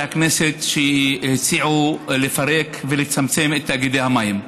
הכנסת שהציעו לפרק ולצמצם את תאגידי המים.